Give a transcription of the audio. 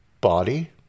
Body